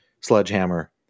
Sledgehammer